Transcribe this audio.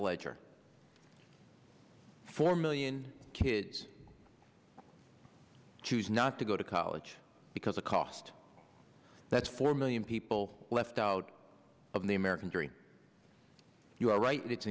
ledger four million kids choose not to go to college because the cost that's four million people left out of the american dream you are right it's